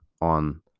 on